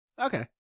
Okay